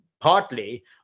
partly